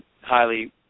highly